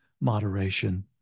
moderation